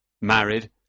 married